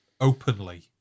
openly